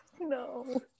No